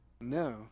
No